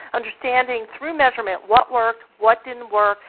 understanding through measurement what worked, what didn't work,